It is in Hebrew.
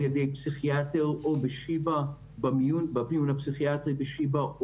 ידי פסיכיאטר או בשיבא במיון הפסיכיאטר בשיבא,